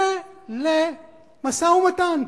זה למשא-ומתן,